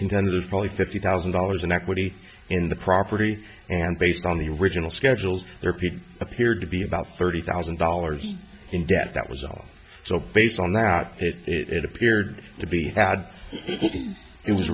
contender there's probably fifty thousand dollars in equity in the property and based on the original schedules there people appeared to be about thirty thousand dollars in debt that was all so based on that it appeared to be had it was